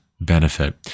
benefit